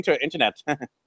internet